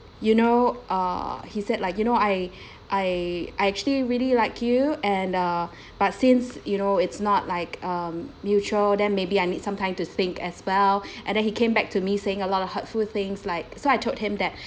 you know uh he said like you know I I I actually really like you and uh but since you know it's not like um mutual then maybe I need some time to think as well and then he came back to me saying a lot of hurtful things like so I told him that